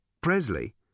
Presley